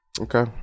Okay